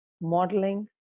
modeling